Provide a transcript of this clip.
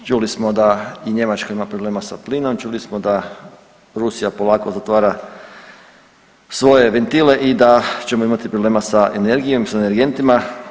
Čuli smo da i Njemačka ima problema s plinom, čuli smo da Rusija polako zatvara svoje ventile i da ćemo imati problema sa energijom i sa energentima.